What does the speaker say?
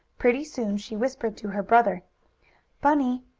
pretty soon she whispered to her brother bunny!